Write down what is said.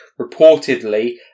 reportedly